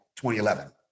2011